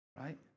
right